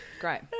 Great